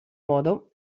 modo